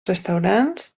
restaurants